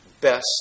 best